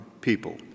people